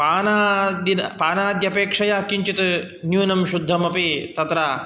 पानाद्यपेक्षया किञ्चित् न्यूनं शुद्धमपि तत्र